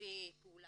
לפי פעולה.